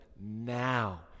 now